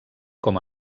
com